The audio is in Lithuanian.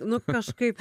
nu kažkaip